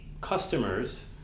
customers